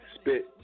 spit